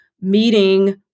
meeting